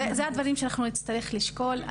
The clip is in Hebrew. זה הדברים שאנחנו נצטרך לשקול.